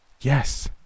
Yes